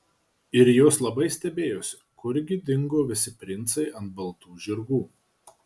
ir jos labai stebėjosi kurgi dingo visi princai ant baltų žirgų